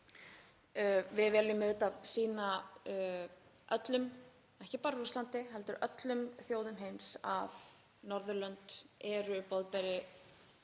Við viljum auðvitað sýna öllum, ekki bara Rússlandi heldur öllum þjóðum heims, að Norðurlönd eru boðberi